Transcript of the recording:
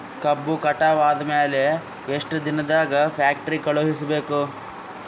ಕಬ್ಬು ಕಟಾವ ಆದ ಮ್ಯಾಲೆ ಎಷ್ಟು ದಿನದಾಗ ಫ್ಯಾಕ್ಟರಿ ಕಳುಹಿಸಬೇಕು?